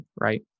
right